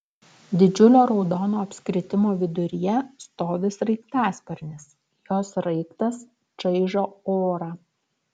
didžiulio raudono apskritimo viduryje stovi sraigtasparnis jo sraigtas čaižo orą